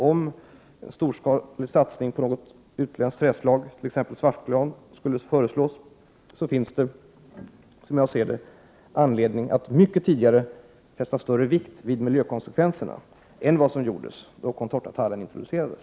Om en storskalig satsning på något utländskt trädslag, t.ex. svartgran, skulle föreslås finns det, som jag ser det, anledning att mycket tidigare fästa större vikt vid miljökonsekvenserna än vad som gjordes då contortatallen introducerades.